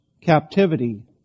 captivity